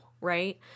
right